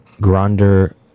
Grander